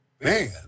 Man